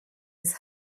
his